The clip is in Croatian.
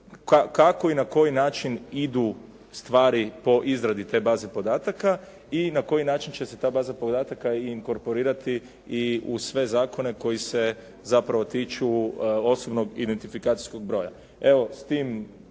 kako i na koji način idu stvari po izradi te baze podataka i na koji način će se ta baza podataka inkorporirati i u sve zakone koji se zapravo tiču osobnog identifikacijskog broja. Evo s tim